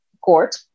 court